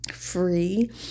free